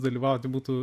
dalyvauti būtų